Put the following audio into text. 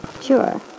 Sure